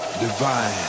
divine